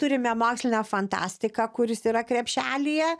turime mokslinę fantastiką kuris yra krepšelyje